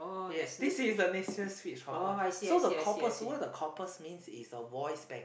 yes this is the national speech corpus so the corpus what the corpus means it's a voice bank